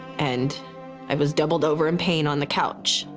and i was doubled over in pain on the couch.